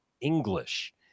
English